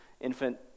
infant